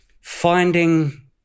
finding